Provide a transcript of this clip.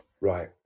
Right